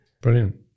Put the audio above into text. Brilliant